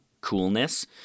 coolness